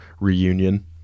reunion